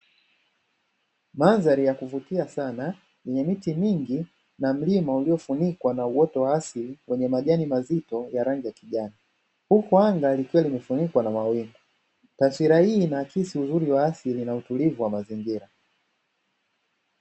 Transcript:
Madhari ya kuvutia sana yenye miti mingi na milima, iliyo funikwa na uoto wa asili na majani mazito ya rangi ya kijani, huku anga linafunikwa kwa mawingu taswira hii ina alisi uzuri wa asili na utulivu wa mazingira.